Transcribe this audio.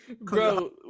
Bro